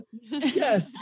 Yes